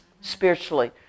spiritually